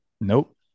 Nope